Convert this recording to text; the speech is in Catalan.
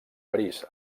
parís